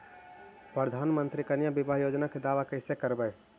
प्रधानमंत्री कन्या बिबाह योजना के दाबा कैसे करबै?